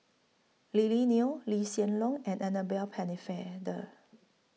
Lily Neo Lee Hsien Loong and Annabel Pennefather